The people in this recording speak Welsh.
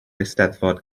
eisteddfod